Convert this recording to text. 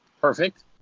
perfect